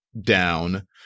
down